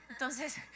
Entonces